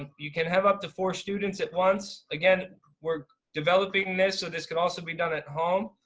ah you can have up to four students at once. again we're developing this so this could also be done at home.